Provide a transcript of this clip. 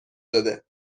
شده